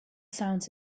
sounds